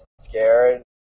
scared